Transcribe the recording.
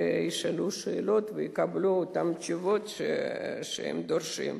שישאלו שאלות ויקבלו את התשובות שהם דורשים.